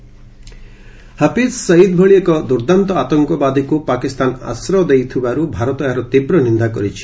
India Pak Hafiz Saeed ଭଳି ଏକ ଦୁର୍ଦ୍ଦାନ୍ତ ଆତଙ୍କବାଦୀକୁ ପାକିସ୍ତାନ ଆଶ୍ରୟ ଦେଇଥିବାରୁ ଭାରତ ଏହାର ତୀବ୍ର ନିନ୍ଦା କରିଛି